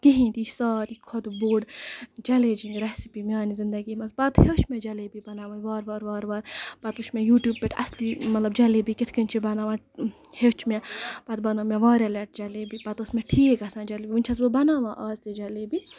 کِہینۍ تہِ یہِ چھُ ساروی کھۄتہٕ بوٚڑ جیلینجِنگ ریسپی میانہِ زِندگی منٛز پَتہٕ ہیوٚچھ مےٚ جلیبی بَناوٕنۍ وارٕ وارٕ پَتہٕ وچھ مےٚ یوٗٹوٗب پٮ۪ٹھ اَصٕلی مطلب جلیبی کِتھ کَنۍ چھِ بَناوان ہیوٚچھ مےٚ پَتہٕ بَنٲو مےٚ واریاہ لَٹہِ جلیبی پَتہٕ ٲسۍ مےٚٹھیٖک گژھان جلیبی وٕنۍ چھَس بہٕ بَناوان آز تہِ جلیبی